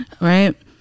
right